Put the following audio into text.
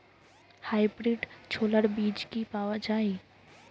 Hybrid ছোলার বীজ কি পাওয়া য়ায়?